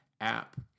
app